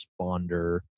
Responder